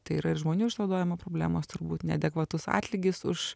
tai yra ir žmonių išnaudojimo problemos turbūt neadekvatus atlygis už